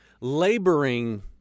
laboring